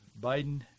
Biden